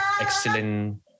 excellent